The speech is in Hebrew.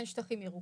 אין שטחים ירוקים.